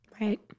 Right